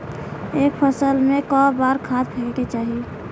एक फसल में क बार खाद फेके के चाही?